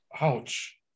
ouch